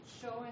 showing